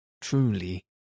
truly